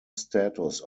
status